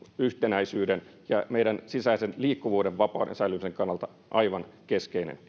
yhtenäisyyden ja meidän sisäisen liikkuvuuden vapauden säilymisen kannalta aivan keskeinen